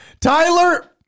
Tyler